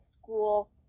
school